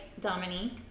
Dominique